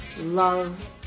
love